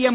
M